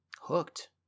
Hooked